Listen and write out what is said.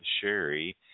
sherry